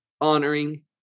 honoring